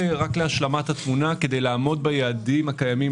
להשלמת התמונה: כדי לעמוד ביעדים הקיימים